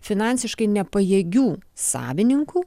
finansiškai nepajėgių savininkų